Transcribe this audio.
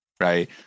right